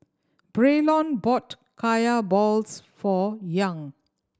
Braylon bought Kaya balls for Young